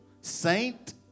saint